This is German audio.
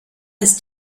ist